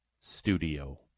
studio